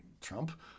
Trump